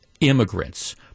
immigrants